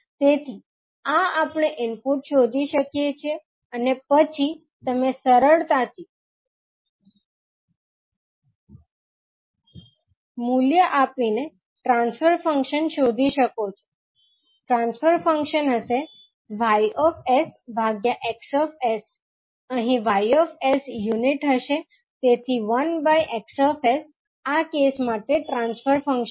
તેથી આ આપણે ઇનપુટ શોધી શકીએ છીએ અને પછી તમે સરળતાથી મૂલ્ય આપીને ટ્રાન્સફર ફંક્શન શોધી શકો છો ટ્રાન્સફર ફંક્શન હશે 𝑌𝑠𝑋𝑠 અહીં 𝑌𝑠 યુનીટ હશે તેથી 1𝑋𝑠 આ કેસ માટે ટ્રાન્સફર ફંક્શન હશે